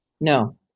No